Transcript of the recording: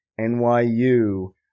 NYU